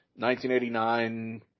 1989